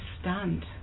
stunned